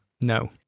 No